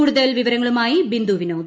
കൂടുതൽ വിവരങ്ങളുമായി ബിന്ദുപ്പിനോദ്